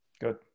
Good